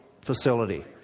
facility